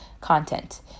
content